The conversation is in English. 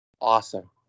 Awesome